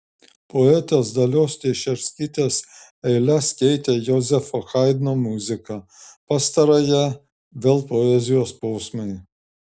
poetės dalios teišerskytės eiles keitė jozefo haidno muzika pastarąją vėl poezijos posmai